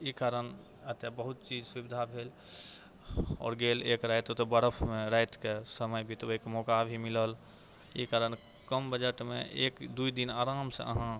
ई कारण एतय बहुत चीज सुविधा भेल आओर गेल ओतय बरफमे एक रातिके समय बितबैके मौका भी मिलल एहि कारण कम बजटमे एक दुइ दिन आरामसँ अहाँ